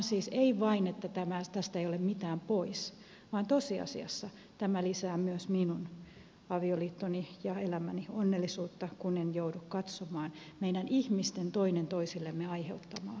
siis ei vain että tässä ei ole mitään pois vaan tosiasiassa tämä lisää myös minun avioliittoni ja elämäni onnellisuutta kun en joudu katsomaan meidän ihmisten toinen toisillemme aiheuttamaa epäreiluutta ja huonoa oloa